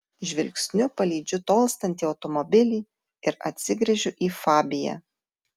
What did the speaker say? žvilgsniu palydžiu tolstantį automobilį ir atsigręžiu į fabiją